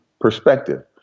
perspective